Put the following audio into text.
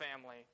family